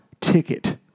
ticket